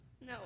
No